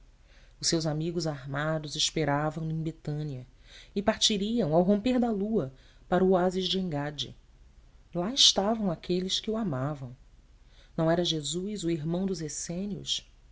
os seus amigos armados esperavam no em betânia e partiriam ao romper da lua para o oásis de engada lá estavam aqueles que o amavam não era jesus o irmão dos